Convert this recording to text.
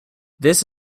this